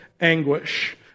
anguish